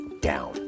down